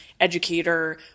educator